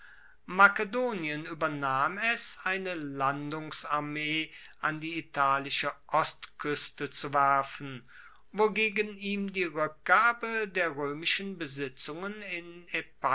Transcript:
makedonien uebernahm es eine landungsarmee an die italische ostkueste zu werfen wogegen ihm die rueckgabe der roemischen besitzungen in